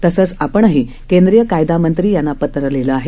तसंच आपणही केंद्रीय कायदा मंत्री यांना पत्र लिहिले आहे